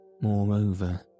Moreover